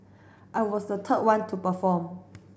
I was the third one to perform